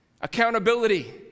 Accountability